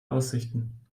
aussichten